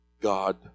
God